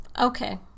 Okay